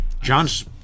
John's